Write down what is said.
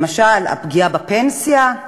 למשל, הפגיעה בפנסיה,